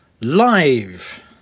live